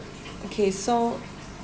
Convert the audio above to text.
okay so